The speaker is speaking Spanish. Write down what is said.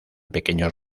pequeños